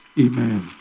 amen